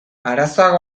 arazoak